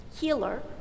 healer